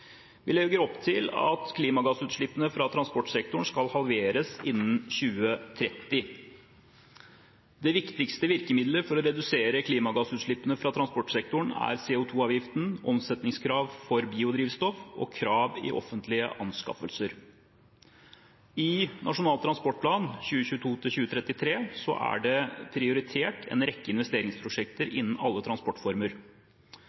Vi legger opp til at klimagassutslippene fra transportsektoren skal halveres innen 2030. Det viktigste virkemidlet for å redusere klimagassutslippene fra transportsektoren er CO 2 -avgiften, omsetningskrav for biodrivstoff og krav i offentlige anskaffelser. I Nasjonal transportplan 2022–2033 er det prioritert en rekke investeringsprosjekter